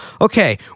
okay